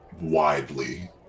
widely